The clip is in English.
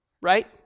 right